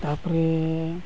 ᱛᱟᱨᱯᱚᱨᱮᱻ